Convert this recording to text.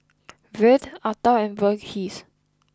Vedre Atal and Verghese